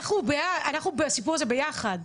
אנחנו בסיפור הזה ביחד.